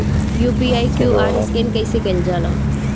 UPI QR scan कइसे कईल जा ला?